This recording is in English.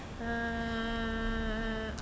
mmhmm